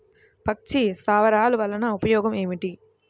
పక్షి స్థావరాలు వలన ఉపయోగం ఏమిటి?